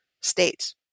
states